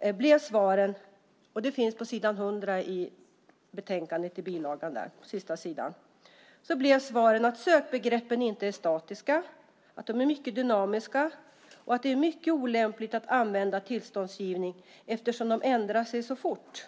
dessa blev svaret - det finns på s. 100 i bilagan till betänkandet - att sökbegreppen inte är statiska, att de är mycket dynamiska och att de är mycket olämpliga att använda i tillståndsgivning eftersom de ändrar sig fort.